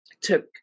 took